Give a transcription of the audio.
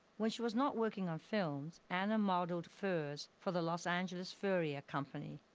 when she was not working on films, anna modeled furs for the los angeles furrier company